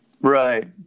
Right